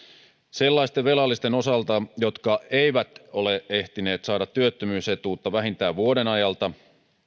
sellaisten velallisten osalta jotka eivät ole ehtineet saada työttömyysetuutta vähintään vuoden ajalta